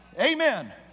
Amen